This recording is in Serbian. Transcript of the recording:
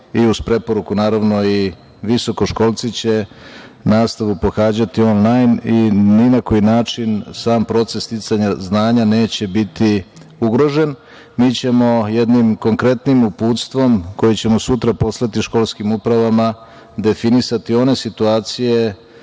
i uz preporuku naravno i visokoškolci će nastavu pohađati onlajn i ni na koji način sam proces sticanja znanja neće biti ugrožen. Mi ćemo jednim konkretnim uputstvom, koje ćemo sutra poslati školskim upravama, definisati one situacije